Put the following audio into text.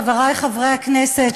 חברי חברי הכנסת,